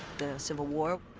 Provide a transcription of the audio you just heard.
the civil war.